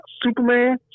Superman